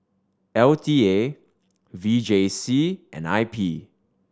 L T A V J C and I P